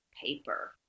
paper